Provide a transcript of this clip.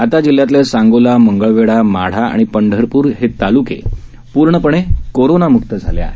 आता जिल्ह्यातले सांगोला मंगळवेढा माढा आणि पंढरपूर हे तालुके पूर्णपणे कोरोनामुक्त झाले आहेत